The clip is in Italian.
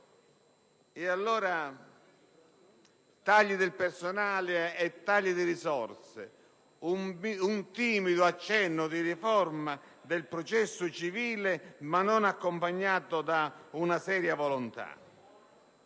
magistrato. Tagli del personale e di risorse, un timido accenno di riforma del processo civile, ma non accompagnato da una seria volontà...